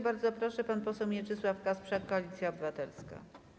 Bardzo proszę, pan poseł Mieczysław Kasprzak, Koalicja Obywatelska.